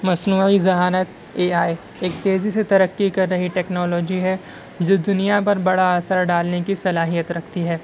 مصنوعی ذہانت A I ایک تیزی سے ترقی کر رہی ٹیکنالوجی ہے جو دنیا پر بڑا اثر ڈالنے کی صلاحیت رکھتی ہے